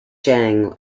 jang